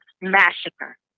Massacre